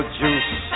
juice